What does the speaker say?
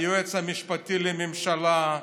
היועץ המשפטי לממשלה,